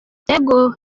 ibikorwa